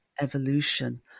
evolution